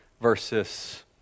versus